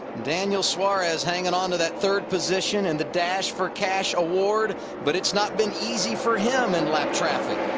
daniel suarez hanging ah and that third position in the dash for cash reward but it's not been easy for him in lap traffic.